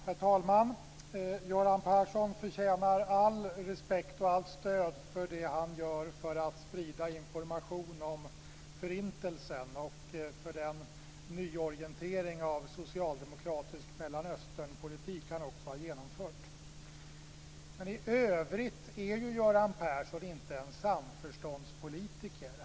Herr talman! Göran Persson förtjänar all respekt och allt stöd för det han gör för att sprida information om Förintelsen och för den nyorientering av socialdemokratisk Mellanösternpolitik han också har genomfört. Men i övrigt är Göran Persson inte en samförståndspolitiker.